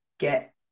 Get